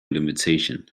limitation